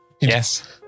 Yes